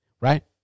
right